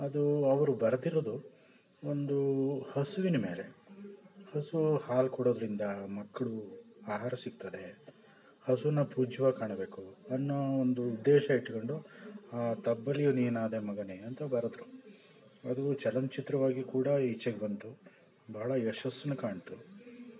ಅದು ಅವರು ಬರೆದಿರೋದು ಒಂದು ಹಸುವಿನ ಮೇಲೆ ಹಸು ಹಾಲು ಕೊಡೋದ್ರಿಂದ ಮಕ್ಕಳು ಆಹಾರ ಸಿಗ್ತದೆ ಹಸುನ ಪೂಜ್ಯವಾಗಿ ಕಾಣಬೇಕು ಅನ್ನೋ ಒಂದು ಉದ್ದೇಶ ಇಟ್ಕೊಂಡು ತಬ್ಬಲಿಯು ನೀನಾದೆ ಮಗನೇ ಅಂತ ಬರೆದ್ರು ಅದು ಚಲನಚಿತ್ರವಾಗಿ ಕೂಡ ಈಚೆಗೆ ಬಂತು ಬಹಳ ಯಶಸ್ಸನ್ನ ಕಾಣ್ತು